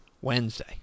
Wednesday